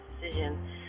decision